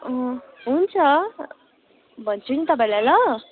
हुन्छ भन्छु नि तपाईँलाई ल